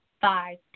five